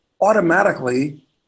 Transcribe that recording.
automatically